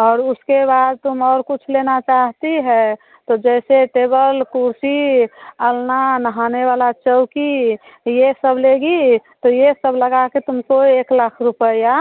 और उसके बाद तुम और कुछ लेना चाहती है तो जैसे टेबल कुर्सी अलना नहाने वाला चौकी ये सब लेगी तो ये सब लगा कर तुमको एक लाख रुपया